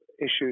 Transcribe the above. issues